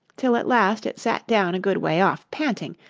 till at last it sat down a good way off, panting,